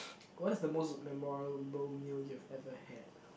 what is the most memorable meal you've ever had